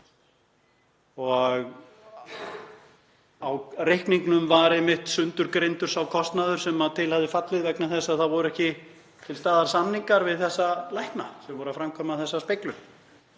kr. Á reikningnum var einmitt sundurgreindur sá kostnaður sem til hafði fallið vegna þess að það voru ekki til staðar samningar við þessa lækna sem voru að framkvæma speglunina